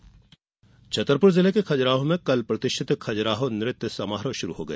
खज्राहो समारोह छतरपुर जिले के खजुराहो में कल प्रतिष्ठित खजुराहो नृत्य समारोह शुरू हो गया